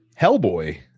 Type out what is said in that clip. Hellboy